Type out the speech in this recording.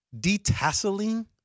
Detasseling